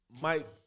Mike